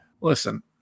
listen